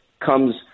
comes